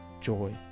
joy